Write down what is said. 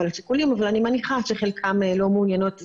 השיקולים אבל אני מניחה שחלקן לא מעוניינות,